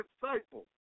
disciples